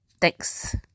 thanks